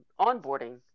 onboarding